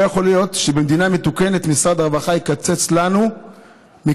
לא יכול להיות שבמדינה מתוקנת משרד הרווחה יקצץ לנו מקמחא